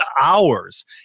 hours